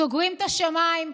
סוגרים את השמיים,